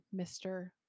Mr